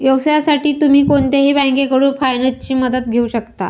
व्यवसायासाठी तुम्ही कोणत्याही बँकेकडून फायनान्सची मदत घेऊ शकता